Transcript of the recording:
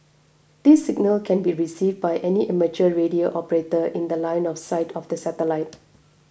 this signal can be received by any amateur radio operator in The Line of sight of the satellite